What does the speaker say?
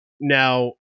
Now